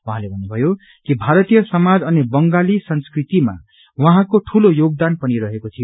उहाँले भन्नुभयो कि भारतीय समाज अनि बंगाली संस्कृतिमा उहाँको दूलो योगदान पनि रहेको छ